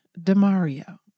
DeMario